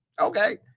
okay